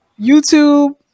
YouTube